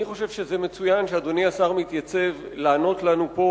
אני חושב שזה מצוין שאדוני השר מתייצב לענות לנו פה,